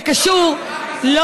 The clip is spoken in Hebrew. זה קשור, זה קשור רק לזה.